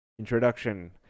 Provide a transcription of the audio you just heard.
Introduction